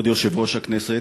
כבוד יושב-ראש הכנסת,